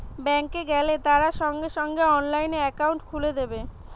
bank এ গেলে তারা সঙ্গে সঙ্গে অনলাইনে একাউন্ট খুলে দেবে